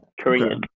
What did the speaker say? Korean